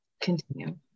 continue